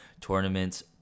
tournaments